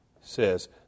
says